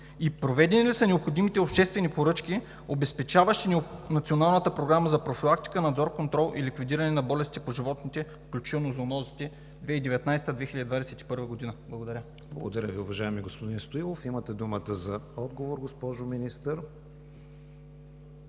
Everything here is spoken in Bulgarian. и проведени ли са необходимите обществени поръчки, обезпечаващи Националната програма за профилактика, надзор, контрол и ликвидиране на болестите по животните, включително зоонозите 2019 – 2021 г.? Благодаря. ПРЕДСЕДАТЕЛ КРИСТИАН ВИГЕНИН: Благодаря Ви, уважаеми господин Стоилов. Имате думата за отговор, госпожо Министър.